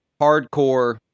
hardcore